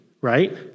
right